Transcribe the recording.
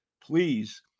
please